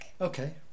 Okay